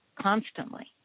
constantly